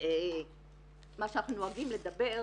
מה שאנחנו נוהגים לדבר